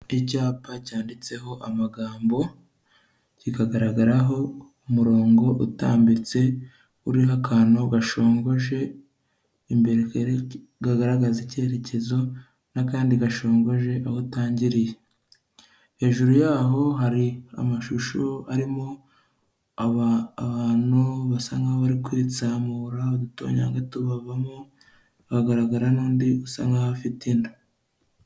Icyapa cyanditseho amagambo kikagaragaraho umurongo utambitse uriho akantu gashongoje imbere kagaragaza icyerekezo n'akandi gashongoje aho utangiriye. Hejuru yaho hari amashusho arimo aba abantu basa nkaho bari kwitsamura udutonyanga tubavamo hagaragara n’undi usa nk'aho afite inda.